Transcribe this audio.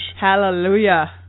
Hallelujah